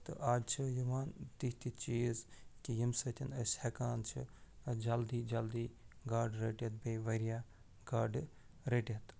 تہٕ آز چھِ یِوان تِتھۍ تِتھۍ چیٖز کہِ ییٚمہِ سۭتۍ أسۍ ہٮ۪کان چھِ جلدی جلدی گاڈٕ رٔٹِتھ بیٚیہِ واریاہ گاڈٕ رٔٹِتھ